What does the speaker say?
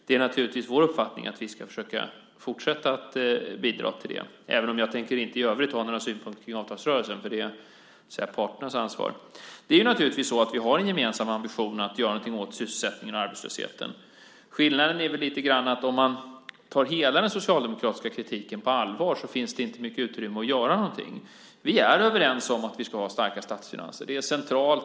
Det är naturligtvis vår uppfattning att vi ska försöka fortsätta att bidra till det. Men i övrigt tänker jag inte ha några synpunkter kring avtalsrörelsen, för det är parternas ansvar. Naturligtvis har vi en gemensam ambition att göra någonting åt sysselsättningen och arbetslösheten. Skillnaden är väl lite grann att det, om man tar hela den socialdemokratiska kritiken på allvar, inte finns mycket utrymme för att göra någonting. Vi är överens om att vi ska ha starka statsfinanser. Det är centralt.